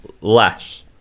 less